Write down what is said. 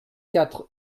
quatre